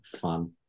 fun